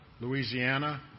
Louisiana